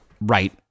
right